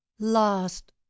LOST